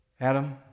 Adam